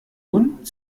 und